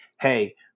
hey